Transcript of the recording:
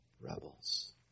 rebels